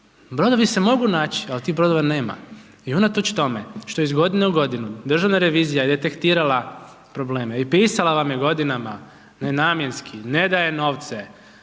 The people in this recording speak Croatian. Brodovi se mogu naći, ali tih brodova nema. I unatoč tome, što iz godine u godinu, državna revizija je detektirala probleme i pisala vam se godinama, nenamjenski, ne daje novce,